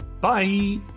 Bye